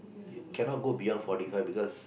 you cannot go beyond forty five because